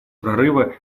прорыва